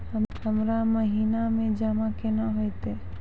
हमरा महिना मे जमा केना हेतै?